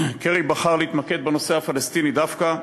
קרי בחר להתמקד בנושא הפלסטיני דווקא,